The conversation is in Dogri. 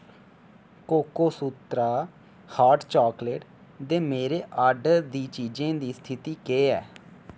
कोकोसूत्रा हाट चाकलेट दे मेरे आर्डर दी चीजें दी स्थिति केह् ऐ